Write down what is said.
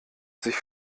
sich